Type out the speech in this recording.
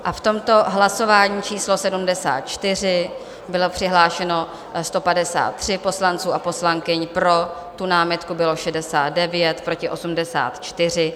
V tomto hlasování číslo 74 bylo přihlášeno 153 poslanců a poslankyň, pro námitku bylo 69, proti 84.